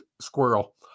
squirrel